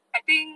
I think